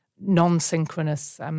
non-synchronous